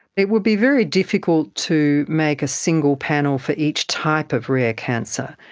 it would be very difficult to make a single panel for each type of rare cancer.